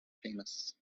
famous